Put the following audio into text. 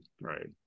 Right